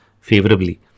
favorably